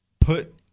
put